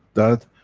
that,